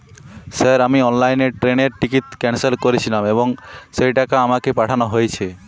Sir আমি অনলাইনে ট্রেনের টিকিট ক্যানসেল করেছিলাম এবং সেই টাকা আমাকে পাঠানো হয়েছে?